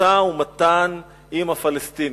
משא-ומתן עם הפלסטינים.